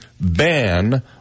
ban